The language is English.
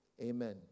Amen